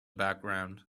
background